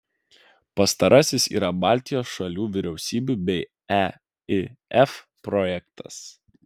pastarasis yra baltijos šalių vyriausybių bei eif projektas